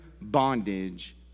bondage